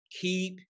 keep